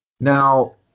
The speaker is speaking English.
Now